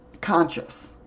conscious